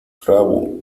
rabo